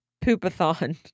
poop-a-thon